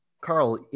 Carl